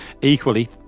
Equally